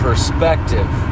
Perspective